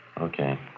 Okay